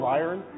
iron